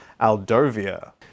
Aldovia